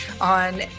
on